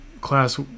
class